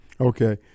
Okay